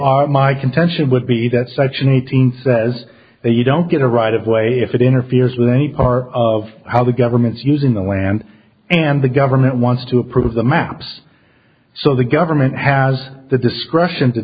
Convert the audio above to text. so my contention would be that such an eighteen says that you don't get a right of way if it interferes with any part of how the government's using the land and the government wants to approve the maps so the government has the discretion to